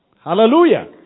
Hallelujah